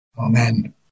Amen